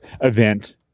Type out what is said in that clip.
event